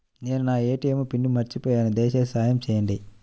నేను నా ATM pin మర్చిపోయాను దయచేసి సహాయం చేయండి